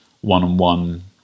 one-on-one